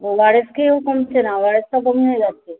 ও R S খেয়েও কমছে না ওআরএসটাও বমি হয়ে যাচ্ছে